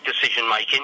decision-making